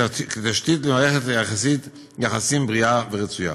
כתשתית למערכת יחסים בריאה ורצויה.